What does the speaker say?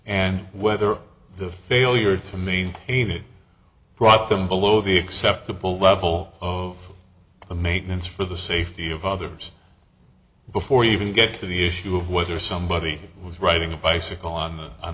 and whether the failure to move even brought them below the acceptable level of the maintenance for the safety of others before you even get to the issue of whether somebody was riding a bicycle on the on